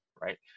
Right